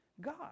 God